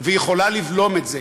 והיא יכולה לבלום את זה.